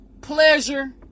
pleasure